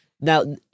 now